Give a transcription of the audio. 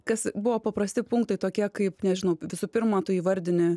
kas buvo paprasti punktai tokie kaip nežinau visų pirma tu įvardini